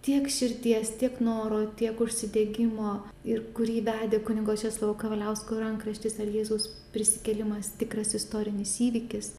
tiek širdies tiek noro tiek užsidegimo ir kurį vedė kunigo česlovo kavaliausko rankraštis ir jėzaus prisikėlimas tikras istorinis įvykis